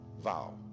vow